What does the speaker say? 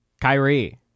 Kyrie